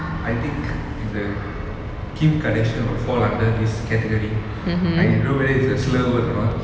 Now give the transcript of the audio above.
I think the kim kardashian will fall under this category I don't know whether it's a slur word or not